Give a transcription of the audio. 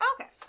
Okay